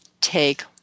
Take